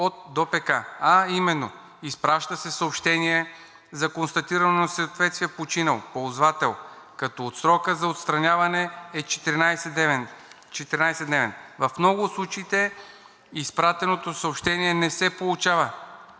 а именно изпраща се съобщение за констатирано несъответствие – починал ползвател, като срокът за отстраняване е 14-дневен. В много от случаите изпратеното съобщение не се получава,